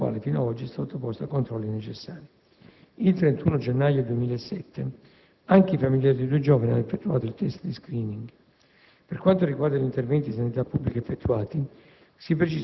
presso il quale, fino ad oggi, è sottoposta ai controlli necessari. Il 31 gennaio 2007 anche i familiari dei due giovani hanno effettuato il *test* di *screening*. Per quanto riguarda gli interventi di sanità pubblica effettuati,